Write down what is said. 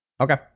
Okay